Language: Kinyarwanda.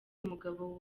umugabo